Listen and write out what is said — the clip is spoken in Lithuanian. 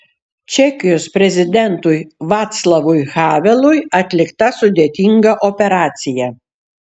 čekijos prezidentui vaclavui havelui atlikta sudėtinga operacija